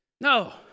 No